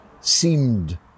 seemed